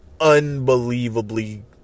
unbelievably